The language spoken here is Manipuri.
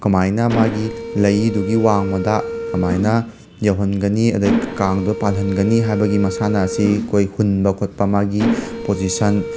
ꯀꯃꯥꯏꯅ ꯃꯥꯒꯤ ꯂꯏꯗꯨꯒꯤ ꯋꯥꯡꯃꯗ ꯀꯃꯥꯏꯅ ꯌꯧꯍꯟꯒꯅꯤ ꯑꯗꯒꯤ ꯀꯥꯡꯗꯣ ꯄꯥꯜꯍꯟꯒꯅꯤ ꯍꯥꯏꯕꯒꯤ ꯃꯁꯥꯟꯅ ꯑꯁꯤ ꯑꯩꯈꯣꯏ ꯍꯨꯟꯕ ꯈꯣꯠꯄ ꯃꯥꯒꯤ ꯄꯣꯖꯤꯁꯟ